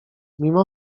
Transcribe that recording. mimo